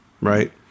right